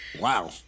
wow